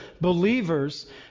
believers